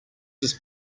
his